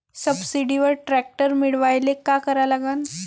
सबसिडीवर ट्रॅक्टर मिळवायले का करा लागन?